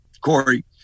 Corey